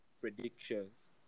predictions